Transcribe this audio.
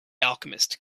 alchemist